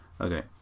okay